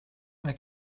mae